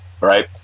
Right